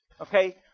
Okay